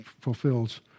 fulfills